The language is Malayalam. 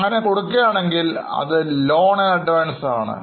അങ്ങനെ കൊടുക്കുകയാണെങ്കിൽ അത് ലോൺ അഡ്വാൻസ് ആണ്